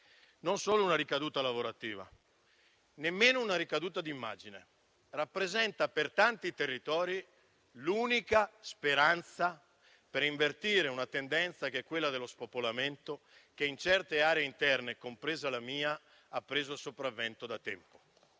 non solo una ricaduta lavorativa, né soltanto una ricaduta di immagine, ma anche l'unica speranza per invertire una tendenza, quella dello spopolamento, che in certe aree interne, compresa la mia, ha preso il sopravvento da tempo.